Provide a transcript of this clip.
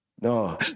no